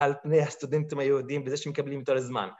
על פני הסטודנטים היהודים וזה שהם מקבלים יותר זמן.